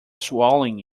swallowing